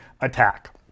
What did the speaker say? attack